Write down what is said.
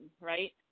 right